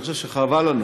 אני חושב שחבל לנו.